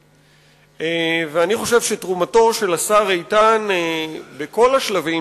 אני חושב שתרומתו של השר איתן בכל השלבים